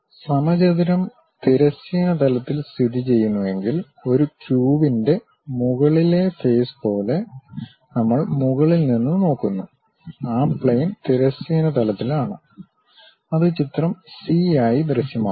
സമചതുരം തിരശ്ചീന തലത്തിൽ സ്ഥിതിചെയ്യുന്നുവെങ്കിൽ ഒരു ക്യൂബിന്റെ മുകളിലെ ഫേസ് പോലെ നമ്മൾ മുകളിൽ നിന്ന് നോക്കുന്നു ആ പ്ലെയിൻ തിരശ്ചീന തലത്തിലാണ് അത് ചിത്രം സി ആയി ദൃശ്യമാകും